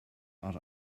are